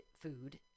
food